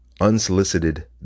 unsolicited